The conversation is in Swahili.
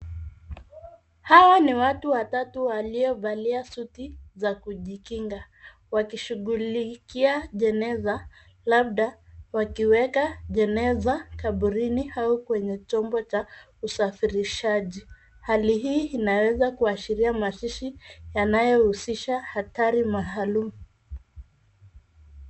Hawa ni watu watatu waliovalia suti za kujikinga wakishughulikia jeneza labda wakiweka jeneza kaburini au kwenye chombo cha usafishaji. Hali hii inaweza kuashiria mazishi yanayohusisha harayo maalum.